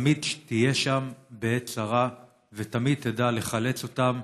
תמיד תהיה שם בעת צרה ותמיד תדע לחלץ אותם,